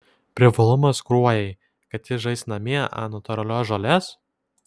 privalumas kruojai kad ji žais namie ant natūralios žolės